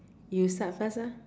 you start first ah